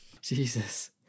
Jesus